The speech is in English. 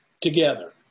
together